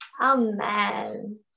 Amen